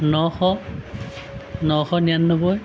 নশ নশ নিৰান্নব্বৈ